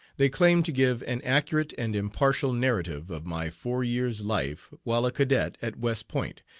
they claim to give an accurate and impartial narrative of my four years' life while a cadet at west point,